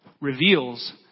reveals